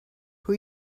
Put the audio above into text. who